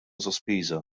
sospiża